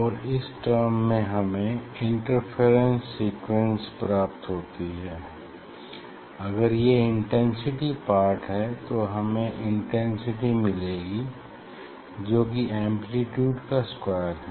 और इस टर्म से हमें इंटरफेरेंस सीक्वेंस प्राप्त होती है अगर ये इंटेंसिटी पार्ट है तो हमें इंटेंसिटी मिलेगी जो कि एम्प्लीट्यूड का स्क्वायर है